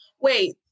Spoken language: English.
wait